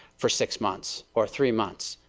for six month? or three month?